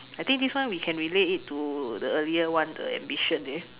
I think this one we can relate it to the earlier one the ambition there